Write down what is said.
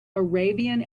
arabian